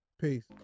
peace